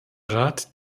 rat